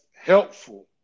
helpful